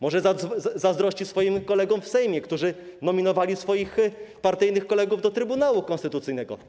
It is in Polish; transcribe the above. Może zazdrości swoim kolegom w Sejmie, którzy nominowali swoich partyjnych kolegów do Trybunału Konstytucyjnego.